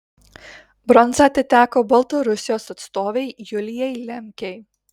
bronza atiteko baltarusijos atstovei julijai lemkei